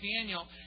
Daniel